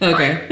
Okay